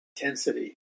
intensity